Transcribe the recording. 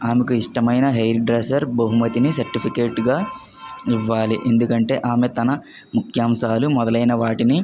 ఆమెకి ఇష్టమైన hairdresser బహుమతిని సర్టిఫికెట్గా ఇవ్వాలి ఎందుకంటే ఆమె తన ముఖ్యాంశాలు మొదలైన వాటిని